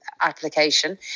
application